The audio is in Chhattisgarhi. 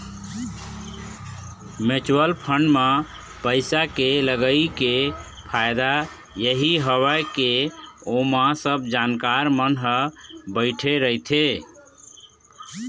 म्युचुअल फंड म पइसा के लगई के फायदा यही हवय के ओमा सब जानकार मन ह बइठे रहिथे